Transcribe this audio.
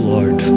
Lord